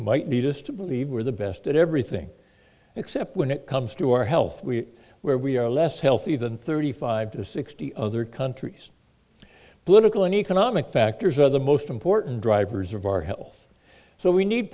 might lead us to believe we're the best at everything except when it comes to our health we where we are less healthy than thirty five to sixty other countries political and economic factors are the most important drivers of our health so we need